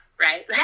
right